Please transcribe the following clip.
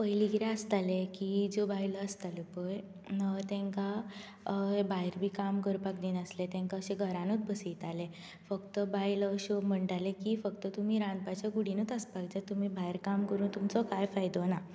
पयलीं कितें आसतालें की ज्यो बायलो आसताल्यो पय तेंका भायर बी काम करपाक दिनासले तेंकां अशें घरानूत बसयताले फक्त बायलो अशो म्हणटाले की फक्त तुमी रांदपाच्या कुडीनूत आसपाक जाय तुमी भायर काम करून तुमचो कांय फायदो ना